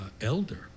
elder